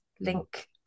link